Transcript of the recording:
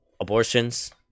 abortions